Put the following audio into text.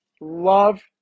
love